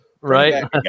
Right